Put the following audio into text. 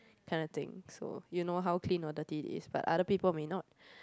kind of thing so you know how clean or dirty it is but other people may not